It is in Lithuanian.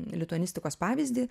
lituanistikos pavyzdį